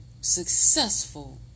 successful